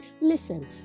listen